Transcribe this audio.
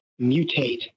mutate